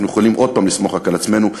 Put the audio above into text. אנחנו יכולים עוד פעם לסמוך רק על עצמנו,